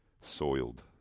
soiled